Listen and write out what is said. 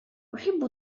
أحب